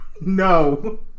no